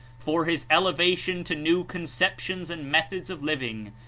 for his elevation to new conceptions and mcth ods of living,